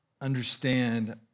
understand